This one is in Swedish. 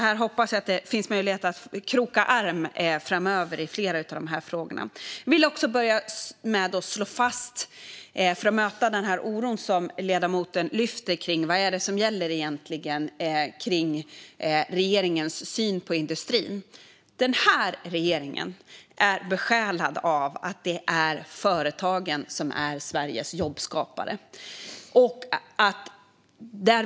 Jag hoppas att det finns möjlighet att kroka arm i flera av dessa frågor framöver. Jag vill också, för att möta den oro som ledamoten lyfter kring vad som egentligen gäller i fråga om regeringens syn på industrin, slå fast att den här regeringen är besjälad av att företagen är Sveriges jobbskapare.